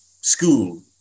school